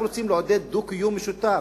אנחנו רוצים לעודד דו-קיום, משותף.